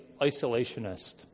isolationist